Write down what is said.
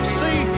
see